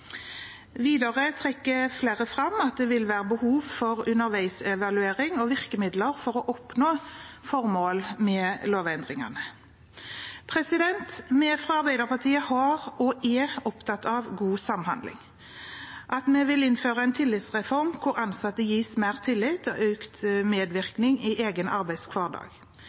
Videre trekker flere fram at det vil være behov for underveisevaluering og virkemidler for å oppnå formålet med lovendringene. Vi fra Arbeiderpartiet har vært og er opptatt av god samhandling, og vi vil innføre en tillitsreform hvor ansatte gis mer tillit og økt medvirkning i egen arbeidshverdag.